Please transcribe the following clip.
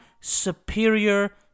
superior